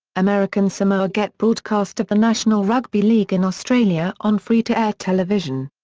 american samoa get broadcast of the national rugby league in australia on free-to-air television.